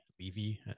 Levy